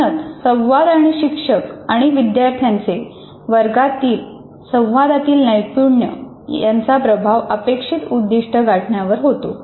म्हणूनच संवाद आणि शिक्षक आणि विद्यार्थ्यांचे वर्गातील संवादातील नैपुण्य यांचा प्रभाव अपेक्षित उद्दिष्ट गाठण्यावर होतो